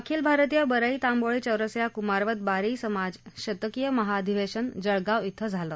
अखिल भारतीय बरई तांबोळी चौरसीया कुमारवत बारी समाज शतकीय महाअधिवेशन जळगाव क्वें झालं